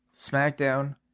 SmackDown